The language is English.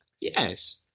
Yes